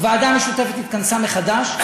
הוועדה המשותפת התכנסה מחדש,